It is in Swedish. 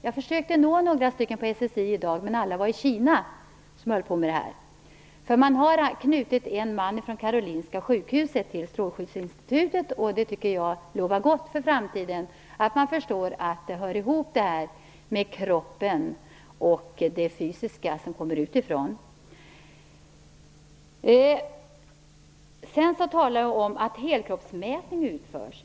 Jag försökte nå några på SSI i dag, men alla som håller på med detta är nu i Kina. De har knutit en man från Karolinska sjukhuset till Strålskyddsinstitutet, vilket lovar gott för framtiden. Det visar att de förstår att det finns ett samband mellan kroppen och det fysiska som kommer utifrån. Det talades om att helkroppsmätning utförs.